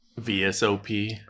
VSOP